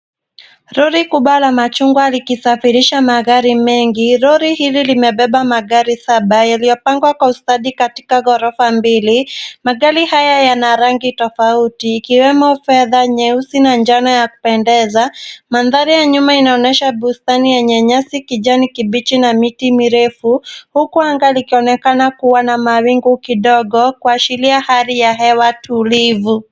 Lori kubwa la machungwa likisafirisha magari mengi. Lori hili limebeba magari saba yaliyopangwa kwa ustadi katika gorofa mbili. Magari haya yana rangi tofauti ikiwemo fedha, nyeusi na njano ya kupendeza. Mandhari ya nyuma inaonyesha bustani yenye nyasi kijani kibichi na miti mirefu huku anga likionekana kuwa na mawingu kidogo kuashiria hali ya hewa tulivu.